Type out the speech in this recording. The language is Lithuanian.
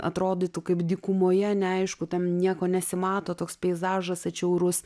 atrodytų kaip dykumoje neaišku ten nieko nesimato toks peizažas atšiaurus